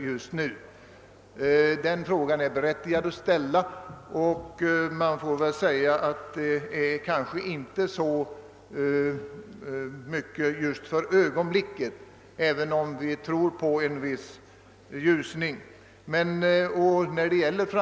Just nu har ju fiskarna det så besvärligt att det knappast blir fråga om några större vinster.